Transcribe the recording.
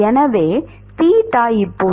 எனவே தீட்டா இப்போது